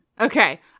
Okay